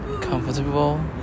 comfortable